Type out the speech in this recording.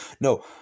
No